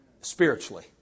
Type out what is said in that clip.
spiritually